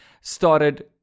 started